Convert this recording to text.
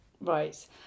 right